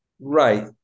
Right